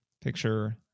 picture